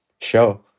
show